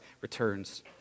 returns